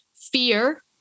fear